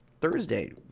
Thursday